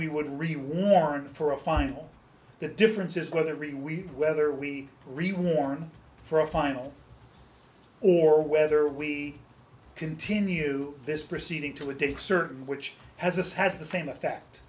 we would really warrant for a final the difference is whether reweave whether we rewarm for a final or whether we continue this proceeding to a date certain which has assessed the same effect